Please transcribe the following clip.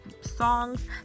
songs